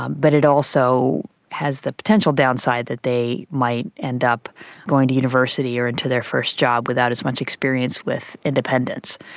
ah but it also has the potential downside that they might end up going to university or into their first job without as much experience with independence.